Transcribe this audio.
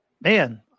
man